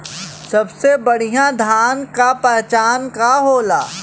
सबसे बढ़ियां धान का पहचान का होला?